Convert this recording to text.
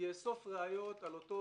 שיאסוף ראיות על אותו